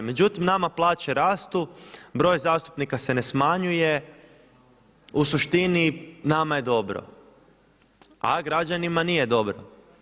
Međutim nama plaće rastu, broj zastupnika se ne smanjuje, u suštini nama je dobro, a građanima nije dobro.